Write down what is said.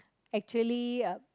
actually uh